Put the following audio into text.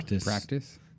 Practice